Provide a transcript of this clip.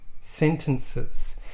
sentences